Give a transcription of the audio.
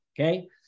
okay